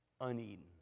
uneaten